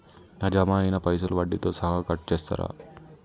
నా జమ అయినా పైసల్ వడ్డీతో సహా కట్ చేస్తరా?